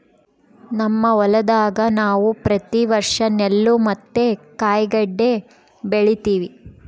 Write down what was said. ನಮ್ಮ ಹೊಲದಾಗ ನಾವು ಪ್ರತಿ ವರ್ಷ ನೆಲ್ಲು ಮತ್ತೆ ಕಾಯಿಗಡ್ಡೆ ಬೆಳಿತಿವಿ